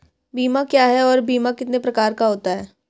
बीमा क्या है और बीमा कितने प्रकार का होता है?